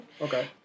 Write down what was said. Okay